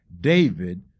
David